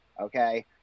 okay